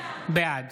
בעד